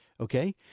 okay